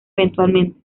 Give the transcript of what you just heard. eventualmente